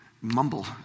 mumble